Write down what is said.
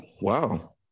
wow